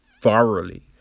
thoroughly